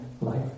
life